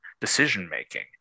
decision-making